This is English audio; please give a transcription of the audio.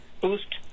boost